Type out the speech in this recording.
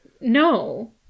No